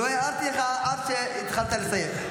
לא הערתי לך עד שהתחלת לסיים.